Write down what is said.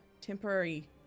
temporary-